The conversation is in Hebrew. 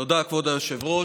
תודה, כבוד היושב-ראש.